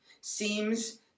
seems